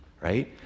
right